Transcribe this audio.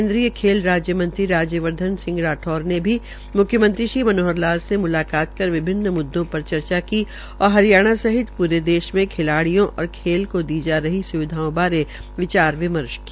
केन्द्रीय खेल राज्य मंत्री राज्यवर्धन राठौर ने भी मुख्यमंत्री श्री मनोहर लाल से मुलाकात कर विभिन्न मुददों पर चर्चा की और हरियाणा सहित प्रे देश में खिलाड्रियों और खेल का दी जा रही स्विधाओं बारे विचार विमर्श किया